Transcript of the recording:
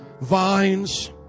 vines